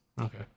Okay